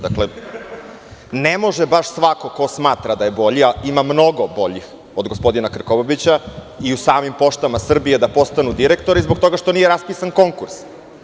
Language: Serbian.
Dakle, ne može baš svako ko smatra da je bolji, a ima mnogo boljih od gospodina Krkobabića i u samim Poštama Srbije, da postanu direktori, zbog toga što nije raspisan konkurs.